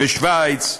בשווייץ,